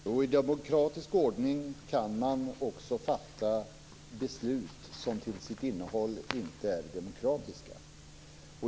Fru talman! I demokratisk ordning kan man också fatta beslut som till sitt innehåll inte är demokratiska.